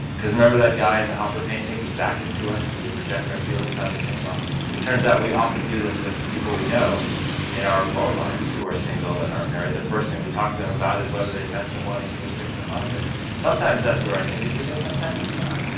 because remember the guy in the hopper painting whose back is to us and we project our feelings on to him? yeah it turns out we often do this with people we know in our own lives who are single and aren't married, the first thing we talk to them about it whether they've met someone and can we fix them up. and sometimes that's the right thing to do but sometimes it's not.